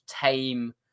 tame